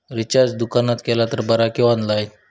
Recharge दुकानात केला तर बरा की ऑनलाइन?